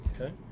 Okay